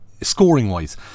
scoring-wise